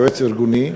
יועץ ארגוני,